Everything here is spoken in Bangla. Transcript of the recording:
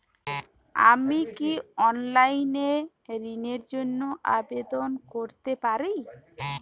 আমি কি অনলাইন এ ঋণ র জন্য আবেদন করতে পারি?